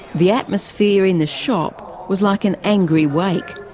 the atmosphere in the shop was like an angry wake.